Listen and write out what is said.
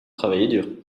travailler